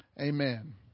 Amen